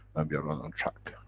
and we are run on track.